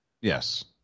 Yes